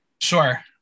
Sure